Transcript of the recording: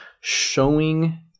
showing